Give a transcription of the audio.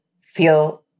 feel